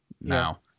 now